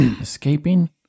Escaping